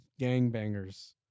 gangbangers